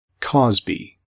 Cosby